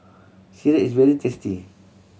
sireh is very tasty